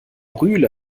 rühle